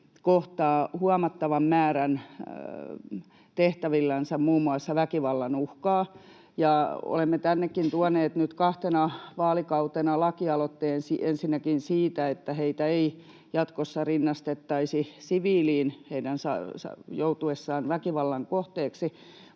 huomattavan määrän muun muassa väkivallan uhkaa. Ja olemme tännekin tuoneet nyt kahtena vaalikautena lakialoitteen ensinnäkin siitä, että heitä ei jatkossa rinnastettaisi siviiliin heidän joutuessaan väkivallan kohteeksi,